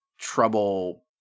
trouble